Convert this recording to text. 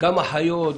גם אחיות,